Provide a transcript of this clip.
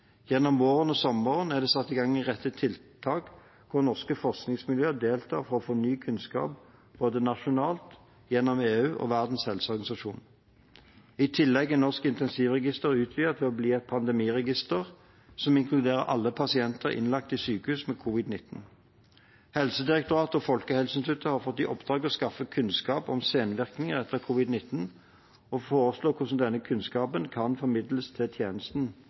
Gjennom våren og sommeren er det satt i gang en rekke tiltak hvor norske forskningsmiljøer deltar for å få ny kunnskap, både nasjonalt, gjennom EU og gjennom Verdens helseorganisasjon. I tillegg er Norsk intensivregister utvidet til å bli et pandemiregister som inkluderer alle pasienter innlagt i sykehus med covid-l9. Helsedirektoratet og Folkehelseinstituttet har fått i oppdrag å skaffe kunnskap om senvirkninger etter covid-l9 og foreslå hvordan denne kunnskapen kan formidles til